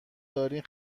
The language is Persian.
دارین